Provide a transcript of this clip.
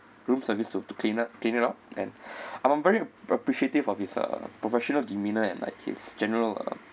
room service to to clean up clean it up and I'm I'm very appreciative of his uh professional demeanor and like his general uh